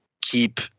keep